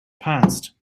past